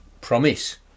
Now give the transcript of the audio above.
promise